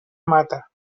mata